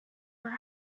were